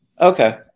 Okay